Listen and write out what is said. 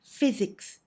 Physics